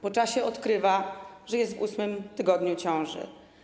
Po czasie odkrywa, że jest w ósmym tygodniu ciąży.